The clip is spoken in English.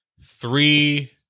three